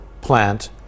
plant